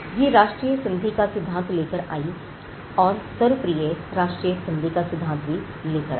ये राष्ट्रीय संधि का सिद्धांत लेकर आई यह सर्वप्रिय राष्ट्रीय संधि का सिद्धांत भी लेकर आई